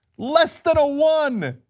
less than a one!